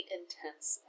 intense